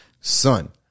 son